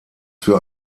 für